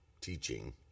teaching